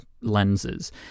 lenses